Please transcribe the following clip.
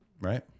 Right